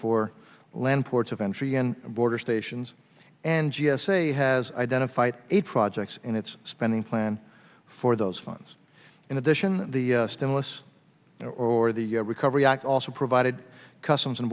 for land ports of entry and border stations and g s a has identified eight projects in its spending plan for those funds in addition the stimulus or the recovery act also provided customs and